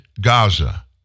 Gaza